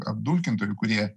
apdulkintojų kurie